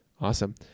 Awesome